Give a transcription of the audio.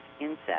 insects